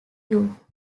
you